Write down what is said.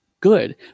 good